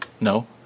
no